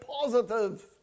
positive